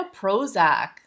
Prozac